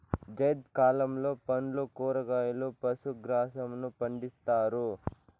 జైద్ కాలంలో పండ్లు, కూరగాయలు, పశు గ్రాసంను పండిత్తారు